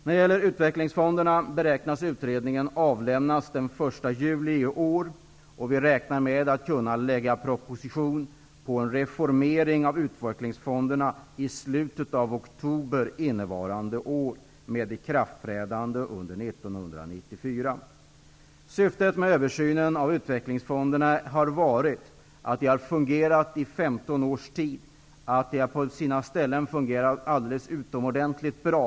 När det gäller utvecklingsfonderna beräknar man att utredningen avlämnas den 1 juli i år. Vi räknar med att kunna lägga fram en proposition avseende en reformering av utvecklingsfonderna i slutet av oktober under innevarande år, med ikraftträdande under 1994. Beträffande syftet med översynen av utvecklingsfonderna vill jag säga att de har fungerat i 15 års tid och att de på sina ställen har fungerat alldeles utomordentligt bra.